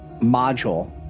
module